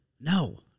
No